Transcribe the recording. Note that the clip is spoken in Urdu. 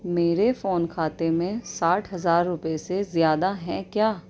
میرے فون کھاتے میں ساٹھ ہزار روپئے سے زیادہ ہیں کیا